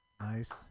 Nice